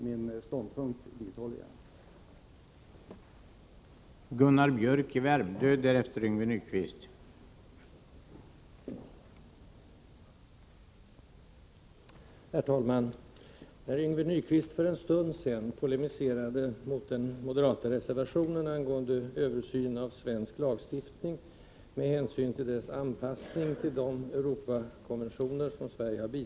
Min ståndpunkt vidhåller jag.